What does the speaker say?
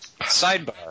Sidebar